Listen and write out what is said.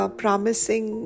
promising